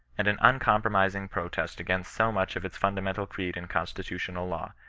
and an uncompromising protest against so much of its fundamental creed and constitutional law,